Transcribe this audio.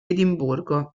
edimburgo